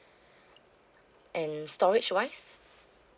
and storage-wise